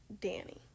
danny